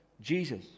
Jesus